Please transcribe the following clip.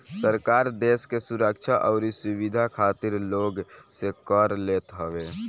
सरकार देस के सुरक्षा अउरी सुविधा खातिर लोग से कर लेत हवे